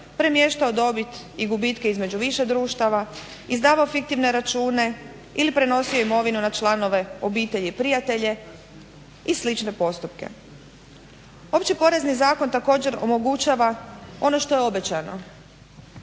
premještao dobit i gubitke između više društava, izdavao fiktivne račune ili prenosio imovinu na članove obitelji i prijatelje i slične postupke. Opći porezni zakon također omogućava ono što je obećano,